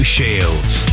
Shields